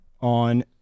on